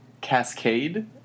Cascade